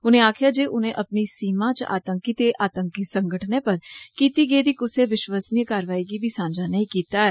उनें आक्खेया जे उन्नै अपनी सीमा इच आतंकी ते आतंकी संगठनें पर कीती गेदी कुसै विश्वसनीय कारवाई गी बी सांझा नेई कीता ऐ